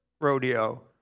rodeo